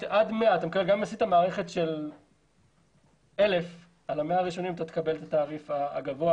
גם אם עשית מערכת של 1,000 על 100 הראשונים תקבל את התעריף הגבוה,